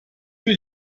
für